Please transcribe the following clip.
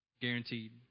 guaranteed